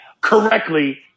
correctly